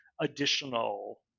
additional